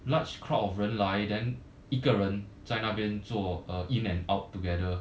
large crowds of 人来 then 一个人在那边做 uh in and out together